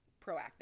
proactive